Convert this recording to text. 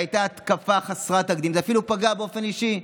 הייתה התקפה חסרת תקדים, זה אפילו פגע באופן אישי,